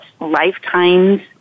lifetimes